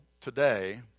today